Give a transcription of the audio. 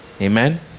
Amen